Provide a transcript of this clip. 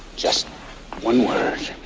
just one word.